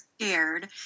scared